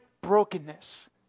brokenness